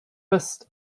fist